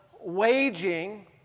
waging